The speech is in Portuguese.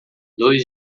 dois